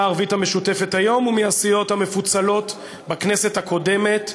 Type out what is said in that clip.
הערבית המשותפת היום ומן הסיעות המפוצלות בכנסת הקודמת.